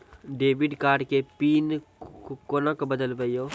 Debit card के pin कोना के बदलबै यो?